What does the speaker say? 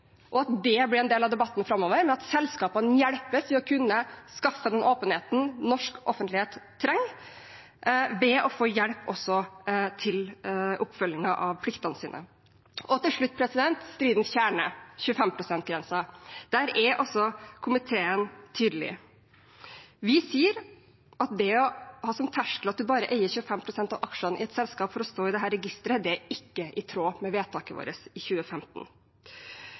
og at det blir en del av debatten framover, men at selskapene hjelpes med å kunne skaffe den åpenheten norsk offentlighet trenger, ved å få hjelp til oppfølgingen av pliktene sine. Til slutt, stridens kjerne, 25 pst.-grensen: Der er komiteen tydelig. Vi sier at å ha som terskel at man må eie 25 pst. av aksjene i et selskap for å stå i dette registeret, er ikke i tråd med vedtaket vårt i 2015.